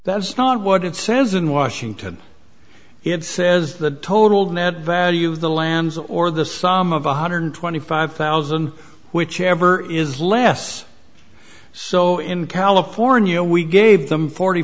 that's not what it says in washington it says the total net value of the land or the sum of one hundred twenty five thousand whichever is less so in california we gave them forty